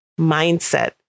mindset